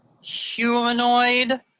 humanoid